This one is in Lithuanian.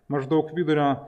maždaug vidurio